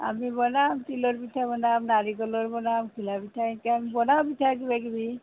আমি বনাম তিলৰ পিঠা বনাম নাৰিকলৰ বনাম ঘিলা পিঠা এতিয়া আমি বনাম পিঠা কিবা কিবি